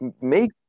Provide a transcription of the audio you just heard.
Make